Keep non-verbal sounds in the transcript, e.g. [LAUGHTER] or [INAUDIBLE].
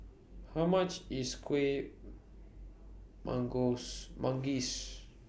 How much IS Kueh [UNINTELLIGIBLE] Manggis